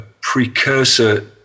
precursor